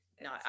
no